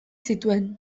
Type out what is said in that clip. zituen